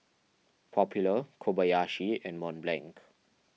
Popular Kobayashi and Mont Blanc